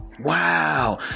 wow